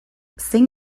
zein